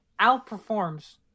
outperforms